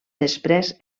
després